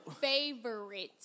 favorite